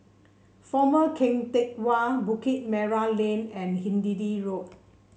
Former Keng Teck Whay Bukit Merah Lane and Hindhede Walk